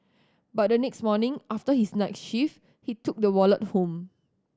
but the next morning after his night shift he took the wallet home